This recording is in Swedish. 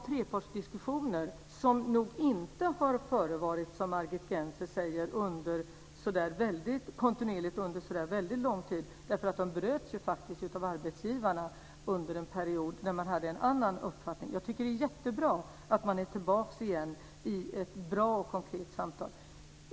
Trepartsdiskussionerna har nog inte förevarit kontinuerligt under så väldigt lång tid, som Margit Gennser säger. De bröts faktiskt av arbetsgivarna under en period när man hade en annan uppfattning. Jag tycker att det är jättebra att man är tillbaks i ett bra och konkret samtal.